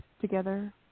together